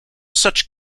such